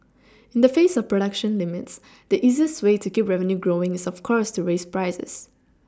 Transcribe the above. in the face of production limits the easiest way to keep revenue growing is of course to raise prices